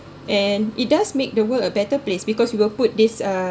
and it does make the world a better place because you will put this